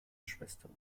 schwestern